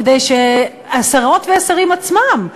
כדי שהשרות והשרים עצמם,